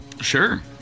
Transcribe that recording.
Sure